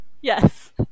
Yes